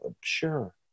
sure